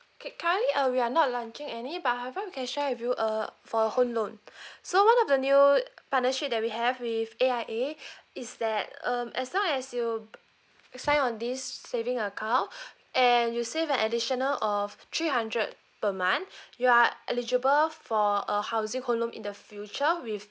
okay currently uh we are not launching any but however we can share with you uh for a home loan so one of the new partnership that we have with A_I_A is that um as long as you sign on this saving account and you save an additional of three hundred per month you are eligible for a housing home loan in the future with